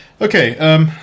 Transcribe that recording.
Okay